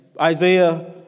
Isaiah